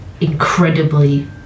incredibly